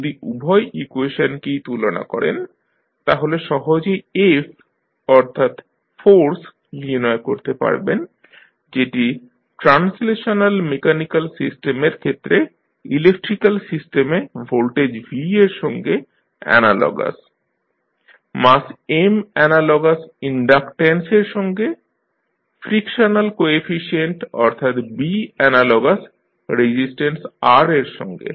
যদি উভয় ইকুয়েশনকেই তুলনা করেন তাহলে সহজেই F অর্থাৎ ফোর্স নির্ণয় করতে পারবেন যেটি ট্রান্সলেশনাল মেকানিক্যাল সিস্টেমের ক্ষেত্রে ইলেক্ট্রিক্যাল সিস্টেমে ভোল্টেজ V এর সঙ্গে analogous mass M analogous inductance এর সঙ্গে ফ্রিকশনাল কোএফিশিয়েন্ট অর্থাৎ B অ্যানালগাস রেজিস্ট্যান্স R এর সঙ্গে